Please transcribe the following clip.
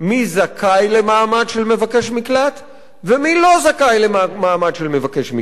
מי זכאי למעמד של מבקש מקלט ומי לא זכאי למעמד של מבקש מקלט.